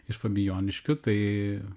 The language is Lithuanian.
iš fabijoniškių tai